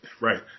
right